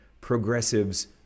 progressives